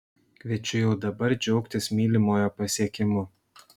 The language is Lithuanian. kviečiu jau dabar džiaugtis mylimojo pasiekimu